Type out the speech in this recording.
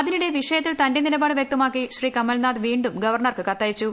അതിനിടെ വിഷയത്തിൽ തന്റെ നിലപാട് വ്യക്തമാക്കി ശ്രീ കമൽനാഥ് വീണ്ടും ഗവർണർക്ക് കത്തയച്ചു